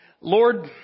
Lord